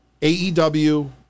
AEW